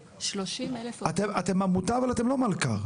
אתם עמותה, אבל אתם לא מלכ"ר?